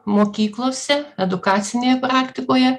mokyklose edukacinėje praktikoje